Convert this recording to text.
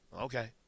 Okay